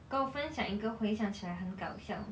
跟我分享一个回想起来很搞笑